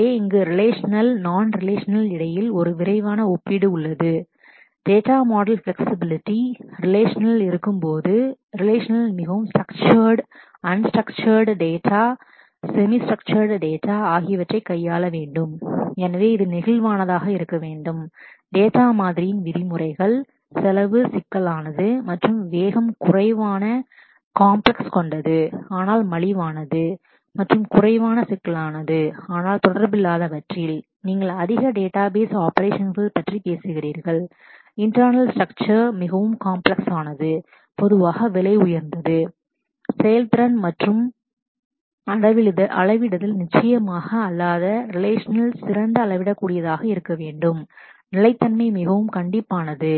எனவே இங்கே relational relational non relational non relational இடையில் ஒரு விரைவான ஒப்பீடு உள்ளது data model data model flexibility flexibility relational இருக்கும்போது ரிலேஷனல் மிகவும் structured structured unstructured un structured data data semi structured semi structured data datas ஆகியவற்றை கையாள வேண்டும் எனவே இது நெகிழ்வானதாக இருக்க வேண்டும் டேட்டா மாதிரியின் விதிமுறைகள் செலவு சிக்கலானது மற்றும் வேகம் வேகமாக குறைவான காம்பிளக்ஸ் less complex கொண்டது ஆனால் மலிவானது cheaper மற்றும் குறைவான சிக்கலானது ஆனால் தொடர்பில்லாதவற்றில் நீங்கள் அதிக டேட்டாபேஸ் database ஆப்பரேஷன்ஸ் operations பற்றி பேசுகிறீர்கள் இன்டெர்னல் ஸ்ட்ரக்சர் internal structure மிகவும் காம்பிளக்ஸ் ஆனது complex பொதுவாக விலை உயர்ந்தது செயல்திறன் மற்றும் அளவிடுதல் நிச்சயமாக அல்லாத ரிலேஷனல் சிறந்த அளவிடக்கூடியதாக இருக்க வேண்டும் நிலைத்தன்மை மிகவும் கண்டிப்பானது